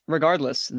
Regardless